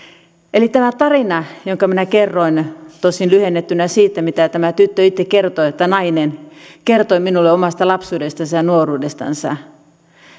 eli tämä tarina jonka minä kerroin tosin lyhennettynä siitä oli se mitä tämä tyttö itse kertoi tai nainen minulle omasta lapsuudestansa ja nuoruudestansa